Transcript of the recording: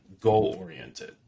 goal-oriented